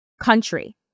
country